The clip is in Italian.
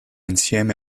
insieme